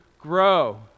grow